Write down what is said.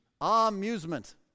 Amusement